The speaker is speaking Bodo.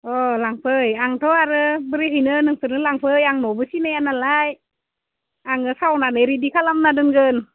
लांफै आंथ' आरो बोरै हैनो नोंसोरनो लांफै आं न'बो सिनाया नालाय आङो सावनानै रेडि खालामना दोनगोन